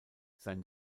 sein